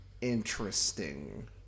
interesting